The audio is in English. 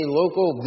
local